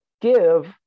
give